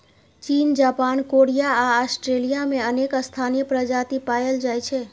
चीन, Japan, Korea आ Australia मे अनेक स्थानीय प्रजाति पाएल जाइ छै